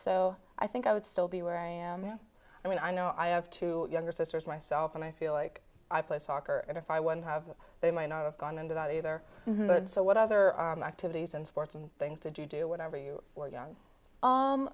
so i think i would still be where i am now i mean i know i have two younger sisters myself and i feel like i play soccer and if i won have they might not have gone into that either so what other activities and sports and things to do whatever you were young